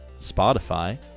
Spotify